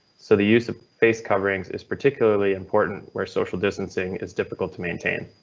so the use of face coverings is particularly important where social distancing is difficult to maintain.